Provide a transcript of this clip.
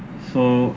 so